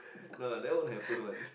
no lah that won't happen one